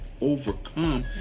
overcome